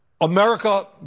America